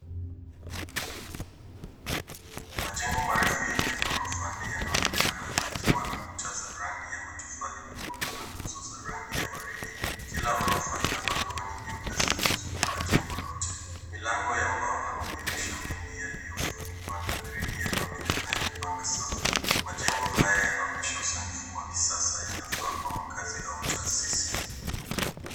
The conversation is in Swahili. Majengo marefu yenye ghorofa nne yanaonekana yakiwa na kuta za rangi ya matofali mekundu na nyuso za rangi ya waridi. Kila ghorofa ina mabalkoni nyeupe zinazozunguka jengo lote. Milango ya mbao na madirisha mengi yaliyofunikwa na grili yanaonekana yakipanga safu. Majengo haya yanaonyesha usanifu wa kisasa yanafaa kwa makazi au taasisi.